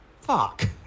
Fuck